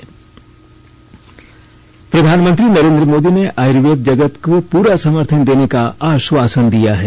प्रधानमंत्री आयुर्वेद प्रधानमंत्री नरेन्द्र मोदी ने आयुर्वेद जगत को पूरा समर्थन देने का आश्वासन दिया है